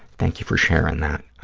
thank you for sharing that.